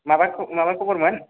माबा खब'रमोन